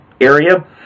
area